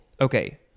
Okay